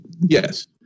Yes